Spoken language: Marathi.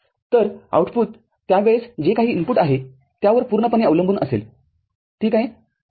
तर आऊटपुट त्या वेळेस जे काही इनपुट आहे त्यावर पूर्णपणे अवलंबून असेल ठीक आहे